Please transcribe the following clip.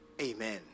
Amen